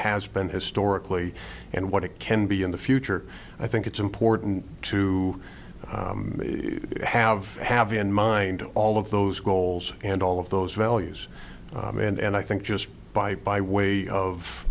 has been historically and what it can be in the future i think it's important to have have in mind all of those goals and all of those values and i think just by by way of